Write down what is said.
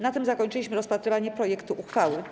Na tym zakończyliśmy rozpatrywanie projektu uchwały.